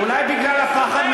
ואולי בגלל הפחד,